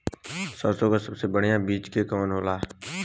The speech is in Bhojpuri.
सरसों क सबसे बढ़िया बिज के कवन होला?